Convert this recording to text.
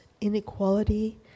inequality